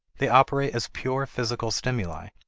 they operate as pure physical stimuli,